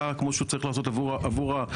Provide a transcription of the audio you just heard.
כמו שהוא צריך לעשות עבור האזרחים.